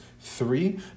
Three